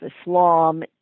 Islam